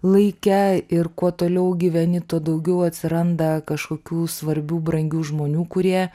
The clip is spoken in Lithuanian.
laike ir kuo toliau gyveni tuo daugiau atsiranda kažkokių svarbių brangių žmonių kurie